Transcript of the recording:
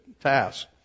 task